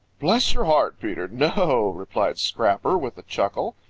bless your heart, peter, no, replied scrapper with a chuckle.